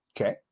Okay